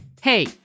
Hey